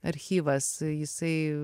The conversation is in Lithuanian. archyvas jisai